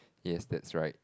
yes that's right